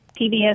PBS